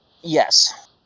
Yes